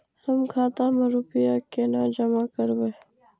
हम खाता में रूपया केना जमा करबे?